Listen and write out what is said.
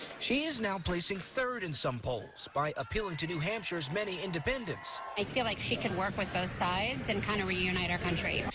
she is now placing third in some polls by appealing to new hampshire's many independents. i feel like she can work with both sides and kind of reunite our country.